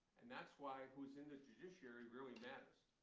and that's why who's in the judiciary really matters.